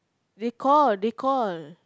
they call they call